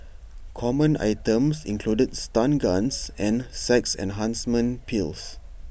common items included stun guns and sex enhancement pills